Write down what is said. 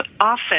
often